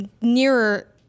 nearer